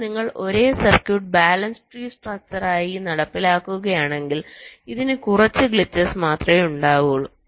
എന്നാൽ നിങ്ങൾ ഒരേ സർക്യൂട്ട് ബാലൻസ് ട്രീ സ്ട്രക്ചറായായി നടപ്പിലാക്കുകയാണെങ്കിൽ ഇതിന് കുറച്ച് ഗ്ലിച്ചസ് മാത്രമേ ഉണ്ടാകൂ